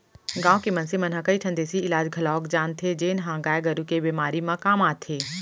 गांव के मनसे मन ह कई ठन देसी इलाज घलौक जानथें जेन ह गाय गरू के बेमारी म काम आथे